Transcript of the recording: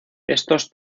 estos